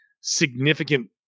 significant